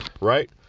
right